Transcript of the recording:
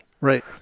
Right